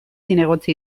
zinegotzi